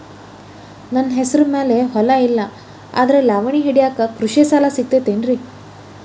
ನನ್ನ ಹೆಸರು ಮ್ಯಾಲೆ ಹೊಲಾ ಇಲ್ಲ ಆದ್ರ ಲಾವಣಿ ಹಿಡಿಯಾಕ್ ಕೃಷಿ ಸಾಲಾ ಸಿಗತೈತಿ ಏನ್ರಿ?